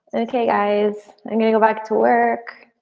okay guys, i'm gonna go back to work.